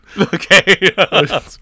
Okay